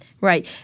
Right